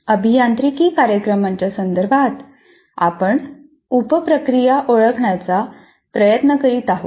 अभियांत्रिकी कार्यक्रमांच्या संदर्भात आपण उप प्रक्रिया ओळखण्याचा प्रयत्न करीत आहोत